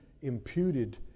imputed